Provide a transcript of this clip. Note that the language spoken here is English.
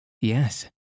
Yes